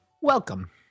Welcome